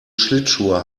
schlittschuhe